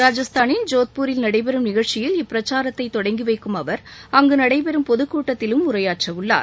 ராஜஸ்தானின் ஜோத்பூரில் நடைபெறும் நிகழ்ச்சியில் இப்பிரச்சாரத்தை தொடங்கி வைக்கும் அவர் அங்கு நடைபெறும் பொதுக் கூட்டத்திலும் உரையாற்றவுள்ளார்